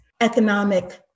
economic